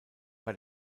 bei